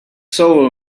soul